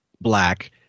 black